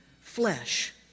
flesh